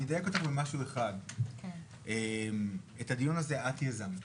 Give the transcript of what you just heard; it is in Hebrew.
אני אדייק אותך במשהו אחד: את הדיון הזה את יזמת.